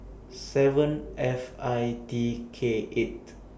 seven F I T K eight